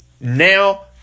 now